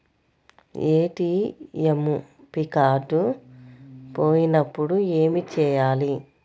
ATM card పోయినప్పుడు ఏమి చేయాలి?